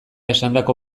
esandako